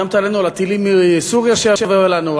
איימת עלינו בטילים מסוריה שיבואו אלינו,